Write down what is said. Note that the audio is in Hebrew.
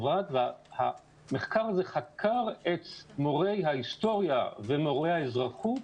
המחקר הזה חקר את מורי ההיסטוריה, ומורי האזרחות,